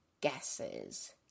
guesses